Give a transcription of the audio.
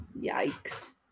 Yikes